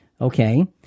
Okay